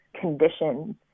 conditions